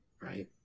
right